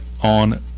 on